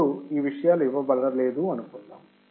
ఇప్పుడు ఈ విషయాలు ఇవ్వబడలేదు అనుకుందాం